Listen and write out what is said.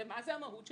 ומה זה מהות התרבות,